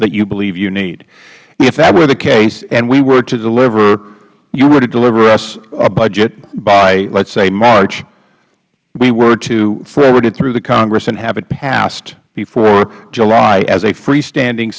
that you believe you need if that were the case and we were to deliver you were to deliver us a budget by let's say march we were to forward it through the congress and have it passed before july as a freestanding